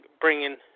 bringing